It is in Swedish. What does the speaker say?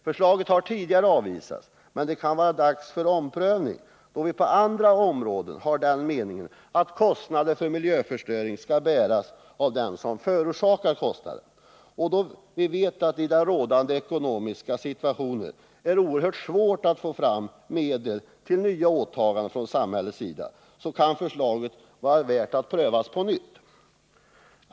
Förslaget har tidigare avvisats, men det kan vara dags för omprövning, då vi på andra områden har den meningen att kostnaden för miljöförstöring skall bäras av den som förorsakar kostnaden. Och då vi vet att det i den rådande ekonomiska situationen är oerhört svårt att få fram medel till nya åtaganden från samhällets sida kan förslaget vara värt att pröva på nytt.